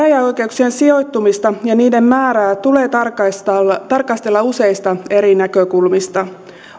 käräjäoikeuksien sijoittumista ja niiden määrää tulee tarkastella tarkastella useista eri näkökulmista